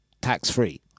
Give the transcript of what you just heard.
tax-free